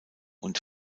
und